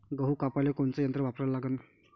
गहू कापाले कोनचं यंत्र वापराले लागन?